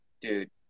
Dude